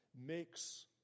makes